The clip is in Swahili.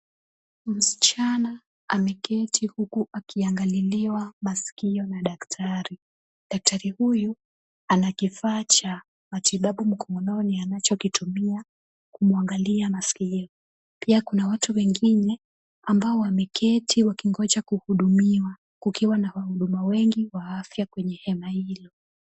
Msichana ameketi huku akiangaliliwa masikio na daktari. Daktari huyu ana kifaa cha matibabu mkononi anachokitumia kumwangalia masikio. Pia kuna watu wengine ambao wameketi wakingoja kuhudumiwa kukiwa na wahudumu wengi wa afya kwenye hema hilo.